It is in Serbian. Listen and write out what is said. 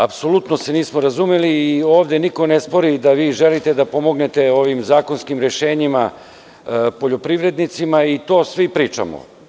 Apsolutno se nismo razumeli i ovde niko ne spori da vi želite da pomognete ovim zakonskim rešenjima poljoprivrednicima i to svi pričamo.